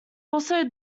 also